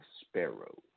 sparrow